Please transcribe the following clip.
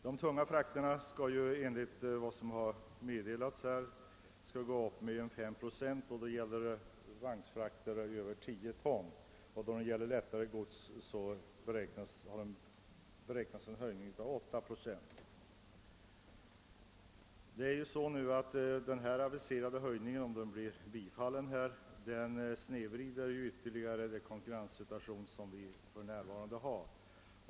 De tunga frakterna skall enligt vad som har meddelats gå upp med 5 procent när det gäller vagnsfrakter över 10 ton; för lättare gods beräknas en höjning med 8 procent. Om den aviserade höjningen blir genomförd snedvrids ytterligare den konkurrenssituation som vi för närvarande har.